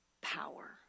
power